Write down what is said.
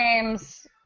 games